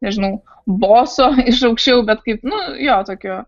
nežinau boso iš aukščiau bet kaip nu jo tokio